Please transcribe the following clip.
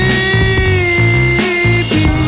Baby